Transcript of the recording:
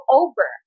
over